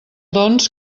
doncs